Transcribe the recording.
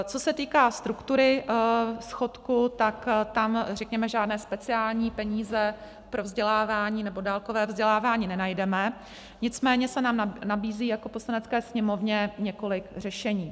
Co se týká struktury schodku, tak tam, řekněme, žádné speciální peníze pro vzdělávání nebo dálkové vzdělávání nenajdeme, nicméně se nám jako Poslanecké sněmovně nabízí několik řešení.